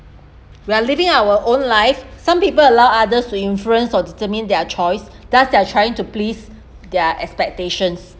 we are living our own life some people allow others to influence or determine their choice that's they're trying to please their expectations